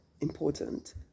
important